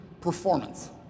performance